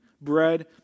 bread